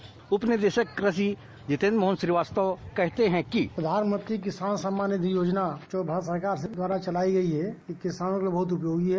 कृषि उप निदेशक जितेन्द्र मोहन श्रीवास्तव कहते हैं कि प्रधानमंत्री किसान सम्मान निधि योजना जो भारत सरकार द्वारा चलायी गई है किसानों के लिये बेहद उपयोगी है